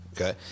Okay